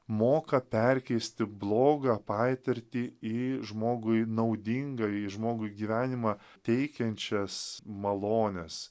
moka perkeisti blogą patirtį į žmogui naudiną į žmogui gyvenimą teikiančias malones